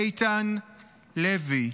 איתן לוי,